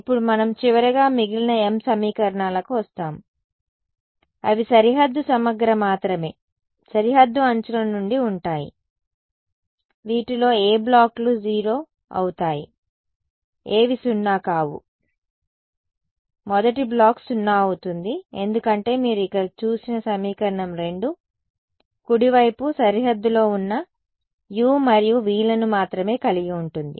ఇప్పుడు మనం చివరగా మిగిలిన m సమీకరణాలకు వస్తాము అవి సరిహద్దు సమగ్ర మాత్రమే సరిహద్దు అంచుల నుండి ఉంటాయి వీటిలో ఏ బ్లాక్లు 0 అవుతాయి ఏవి సున్నా కావు మొదటి బ్లాక్ 0 అవుతుంది ఎందుకంటే మీరు ఇక్కడ చూసిన సమీకరణం 2 కుడివైపు సరిహద్దులో ఉన్న u మరియు v లను మాత్రమే కలిగి ఉంటుంది